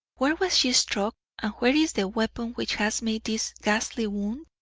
where was she struck and where is the weapon which has made this ghastly wound?